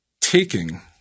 taking